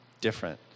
different